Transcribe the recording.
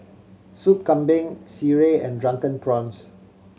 Soup Kambing sireh and Drunken Prawns